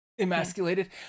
Emasculated